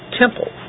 temple